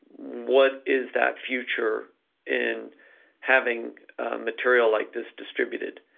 what is that future in having material like this distributed,